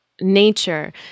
nature